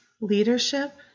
leadership